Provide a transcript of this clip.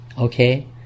Okay